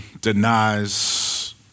denies